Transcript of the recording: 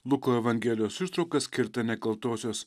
luko evangelijos ištrauką skirtą nekaltosios